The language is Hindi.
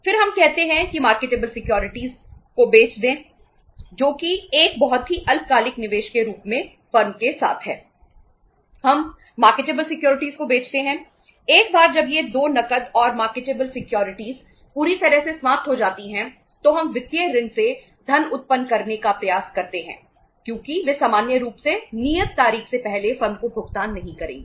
फिर हम कहते हैं कि मार्केटेबल सिक्योरिटीज पूरी तरह से समाप्त हो जाती हैं तो हम विविध ऋणी से धन उत्पन्न करने का प्रयास करते हैं क्योंकि वे सामान्य रूप से नियत तारीख से पहले फर्म को भुगतान नहीं करेंगे